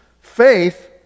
Faith